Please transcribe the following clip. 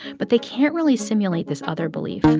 but they can't really simulate this other belief